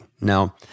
Now